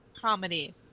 comedy